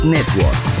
Network